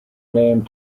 named